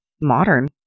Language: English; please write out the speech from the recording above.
modern